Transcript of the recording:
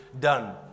done